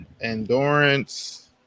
endurance